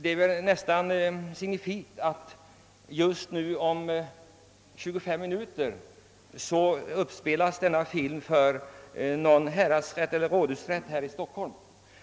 Det är signifikativt att denna film om 25 minuter skall spelas upp för ledamöter i rådhusrätten i Stockholm